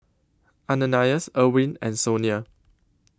Ananias Irwin and Sonia